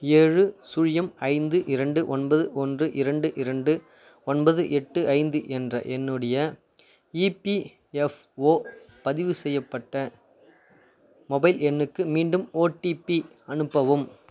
ஏழு சுழியம் ஐந்து இரண்டு ஒன்பது ஒன்று இரண்டு இரண்டு ஒன்பது எட்டு ஐந்து என்ற என்னுடைய இபிஎஃப்ஓ பதிவு செய்யப்பட்ட மொபைல் எண்ணுக்கு மீண்டும் ஓடிபி அனுப்பவும்